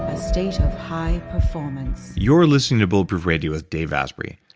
ah state of high performance you're listening to bulletproof radio with dave asbury.